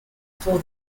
for